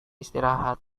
istirahat